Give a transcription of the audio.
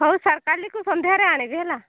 ହଉ ସାର୍ କାଲିକୁ ସନ୍ଧ୍ୟାରେ ଆଣିବି ହେଲା